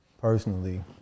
personally